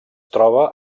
troba